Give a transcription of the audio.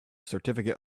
certificate